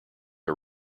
are